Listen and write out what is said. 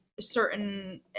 certain